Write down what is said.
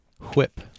Whip